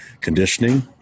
conditioning